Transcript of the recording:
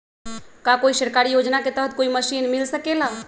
का कोई सरकारी योजना के तहत कोई मशीन मिल सकेला?